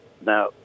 now